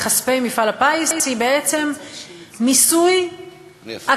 לכספי מפעל הפיס היא בעצם מיסוי עקיף